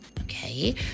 Okay